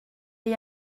les